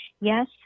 Yes